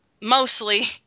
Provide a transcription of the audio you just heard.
mostly